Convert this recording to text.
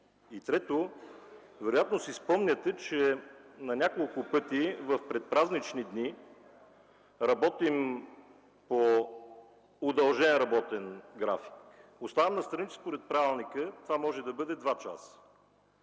Трето, вероятно си спомняте, че на няколко пъти в предпразнични дни работим с удължен работен график. Остава настрани, че според правилника това може да бъде до два часа.